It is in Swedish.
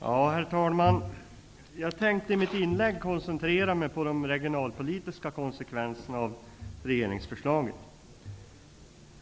Herr talman! Jag tänkte i mitt inlägg koncentrera mig på de regionalpolitiska konsekvenserna av regeringsförslaget.